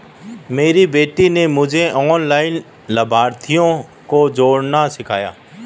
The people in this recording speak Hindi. मेरी बेटी ने मुझे ऑनलाइन लाभार्थियों को जोड़ना सिखाया